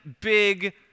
big